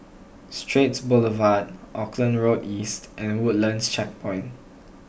Straits Boulevard Auckland Road East and Woodlands Checkpoint